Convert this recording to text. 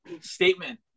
statement